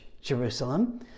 Jerusalem